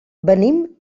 venim